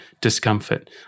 discomfort